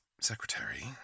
secretary